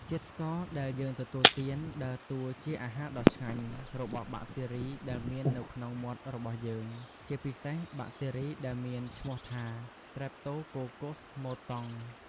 ជាតិស្ករដែលយើងទទួលទានដើរតួជាអាហារដ៏ឆ្ងាញ់របស់បាក់តេរីដែលមាននៅក្នុងមាត់របស់យើង ជាពិសេសបាក់តេរីដែលមានឈ្មោះថា ស្ត្រេបតូកូកុស មូតង់ ។